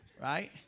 Right